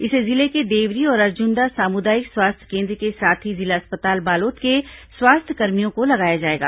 इसे जिले के देवरी और अर्जुन्दा सामुदायिक स्वास्थ्य केन्द्र के साथ ही जिला अस्पताल बालोद के स्वास्थ्यकर्मियों को लगाया जाएगा